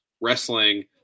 wrestling